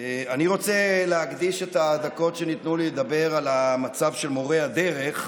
אני רוצה להקדיש את הדקות שניתנו לי לדבר על המצב של מורי הדרך,